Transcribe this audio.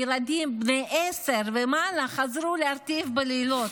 ילדים בני עשר ומעלה חזרו להרטיב בלילות.